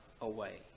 away